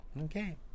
Okay